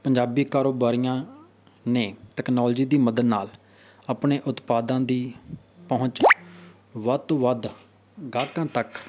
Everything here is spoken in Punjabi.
ਪੰਜਾਬੀ ਕਾਰੋਬਾਰੀਆਂ ਨੇ ਤਕਨਾਲੋਜੀ ਦੀ ਮਦਦ ਨਾਲ ਆਪਣੇ ਉਤਪਾਦਾਂ ਦੀ ਪਹੁੰਚ ਵੱਧ ਤੋਂ ਵੱਧ ਗਾਹਕਾਂ ਤੱਕ